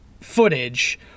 footage